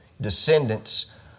descendants